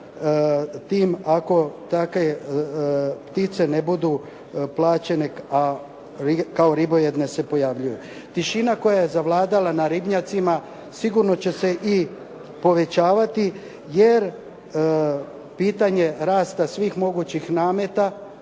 tim ako takve ptice ne budu plaćene, a kao ribojedne se pojavljuju. Tišina koja je zavladala na ribnjacima, sigurno će se i povećavati jer pitanje rasta svih mogućih nameta